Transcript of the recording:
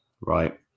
right